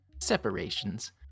Separations